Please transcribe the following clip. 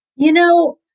you know,